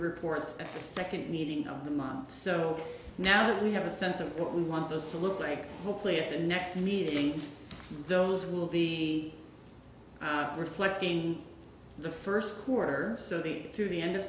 reports the second meeting of the month so now that we have a sense of what we want us to look like hopefully at the next meeting those will be reflected in the first quarter so the through the end of